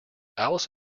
alice